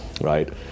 right